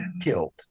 killed